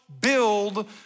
build